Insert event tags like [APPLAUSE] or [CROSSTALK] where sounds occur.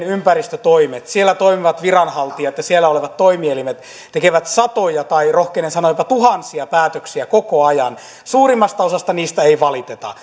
[UNINTELLIGIBLE] ympäristötoimet siellä toimivat viranhaltijat ja siellä olevat toimielimet tekevät satoja tai rohkenen sanoa tuhansia päätöksiä koko ajan suurimmasta osasta niistä ei valiteta [UNINTELLIGIBLE]